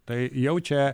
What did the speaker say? tai jau čia